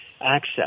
access